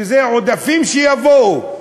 שזה עודפים שיבואו,